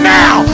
now